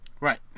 Right